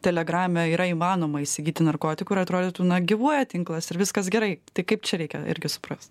telegrame yra įmanoma įsigyti narkotikų ir atrodytų na gyvuoja tinklas ir viskas gerai tik kaip čia reikia irgi suprast